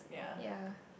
yea